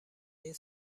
این